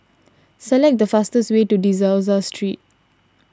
select the fastest way to De Souza Street